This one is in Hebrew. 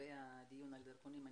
לגבי הדיון על הדרכונים.